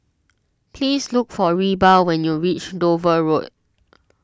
please look for Reba when you reach Dover Road